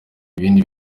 ibindi